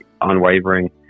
unwavering